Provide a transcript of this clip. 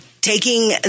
taking